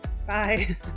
Bye